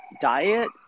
diet